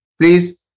please